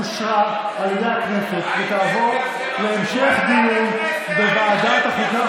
אושרה על ידי הכנסת ותעבור להמשך דיון בוועדת החוקה,